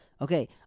Okay